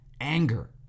anger